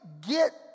get